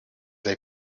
they